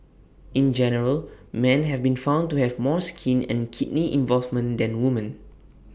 in general man have been found to have more skin and kidney involvement than woman